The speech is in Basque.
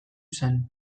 zen